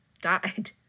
died